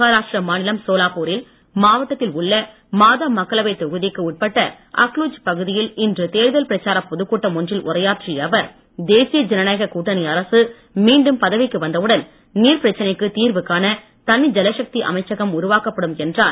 மகாராஷ்டிரா மாநிலம் சோலாப்பூர் மாவட்டத்தில் உள்ள மாதா மக்களவைத் தொகுதிக்கு உட்பட்ட அக்லூஜ் பகுதியில் இன்று தேர்தல் பிரச்சார பொதுக்கூட்டம் ஒன்றில் உரையாற்றிய அவர் தேசிய ஜனநாயக கூட்டணி அரசு மீண்டும் பதவிக்கு வந்தவுடன் நீர் பிரச்சனைக்கு தீர்வு காண தனி ஜலசக்தி அமைச்சகம் உருவாக்கப்படும் என்றார்